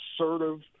assertive